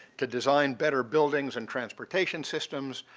to design better buildings and transportation systems,